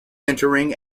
entering